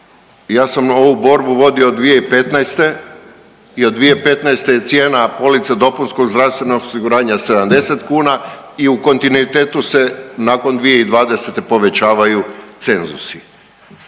Ja sam ovu borbu vodio 2015. i od 2015. je cijena police dopunskog zdravstvenog osiguranja 70 kuna i u kontinuitetu se nakon 2020. povećavaju cenzusi.